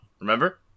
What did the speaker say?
Remember